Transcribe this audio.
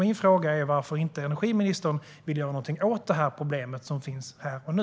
Min fråga är varför energiministern inte vill göra någonting åt problemet här och nu.